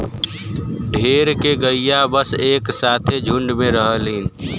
ढेर के गइया सब एक साथे झुण्ड में रहलीन